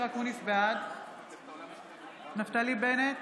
בעד נפתלי בנט,